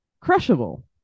crushable